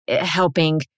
helping